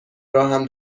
راهم